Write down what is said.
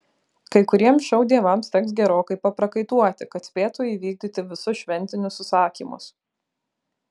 kai kuriems šou dievams teks gerokai paprakaituoti kad spėtų įvykdyti visus šventinius užsakymus